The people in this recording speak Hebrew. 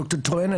ד"ר טרואן,